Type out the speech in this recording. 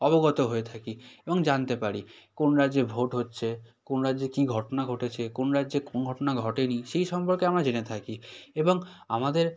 অবগত হয়ে থাকি এবং জানতে পারি কোন রাজ্যে ভোট হচ্ছে কোন রাজ্যে কী ঘটনা ঘটেছে কোন রাজ্যে কোন ঘটনা ঘটেনি সেই সম্পর্কে আমরা জেনে থাকি এবং আমাদের